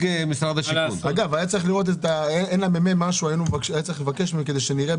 היה צריך לבקש מהממ"מ של הכנסת.